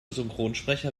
synchronsprecher